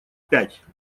пять